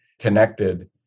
connected